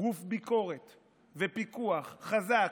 גוף ביקורת ופיקוח חזק,